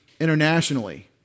internationally